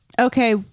Okay